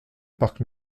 parc